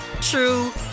true